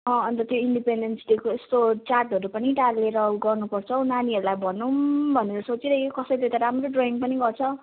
अँ अन्त त्यो इन्डिपेन्डेन्स डेको यस्तो चार्टहरू पनि टालेर गर्नुपर्छ हौ नानीहरूलाई भनौँ भनेर सोचिरहेको कसैले त राम्रो ड्रइङ पनि गर्छ